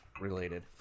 related